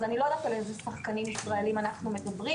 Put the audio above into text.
אז אני לא יודעת על איזה שחקנים ישראליים אנחנו מדברים.